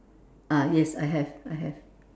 ah yes I have I have